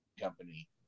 company